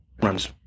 runs